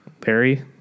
Perry